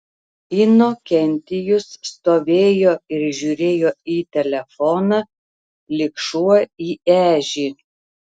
inokentijus stovėjo ir žiūrėjo į telefoną lyg šuo į ežį